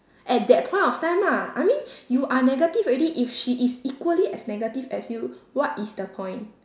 at that point of time lah I mean you are negative already if she is equally as negative as you what is the point